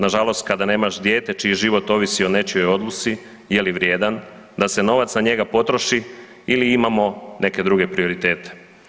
Nažalost kada nemaš dijete čiji život ovisi o nečijoj odluci je li vrijedan da se novac na njega potroši ili imamo neke druge prioritete.